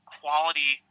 quality